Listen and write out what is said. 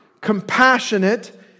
compassionate